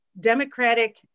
democratic